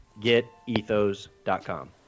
Getethos.com